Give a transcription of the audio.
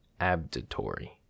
Abditory